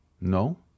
No